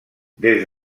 des